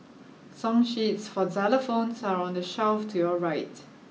song sheets for xylophones are on the shelf to your right